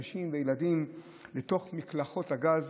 נשים וילדים לתוך מקלחות הגז,